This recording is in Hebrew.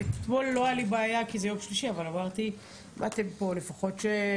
אתמול לא הייתה לי בעיה כי זה יום שלישי אבל אם באתם לפה לפחות תציג.